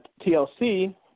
TLC